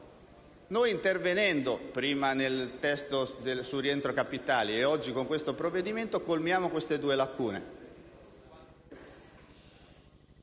Intervenendo, prima nel testo sul rientro dei capitali e oggi con questo provvedimento, colmiamo queste due lacune.